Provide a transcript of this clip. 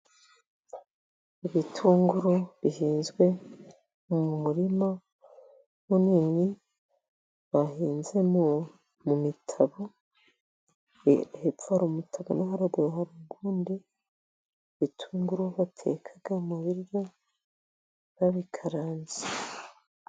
Ibitunguru bihinzwe mu murima munini bahinzemo mu mitabo. Hepfo hari umutabo no haruguru hari uwundi. Ibitunguru bateka mu biryo babikaranze.